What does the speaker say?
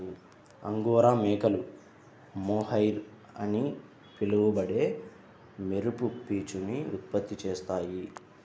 angora మేకలు mohair అని పిలువబడే మెరుపు పీచును ఉత్పత్తి చేస్తాయి